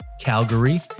Calgary